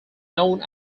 known